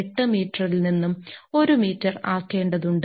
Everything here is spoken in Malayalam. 248 മീറ്ററിൽ നിന്നും 1 മീറ്റർ ആ ക്കേണ്ടതുണ്ട്